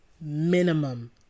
minimum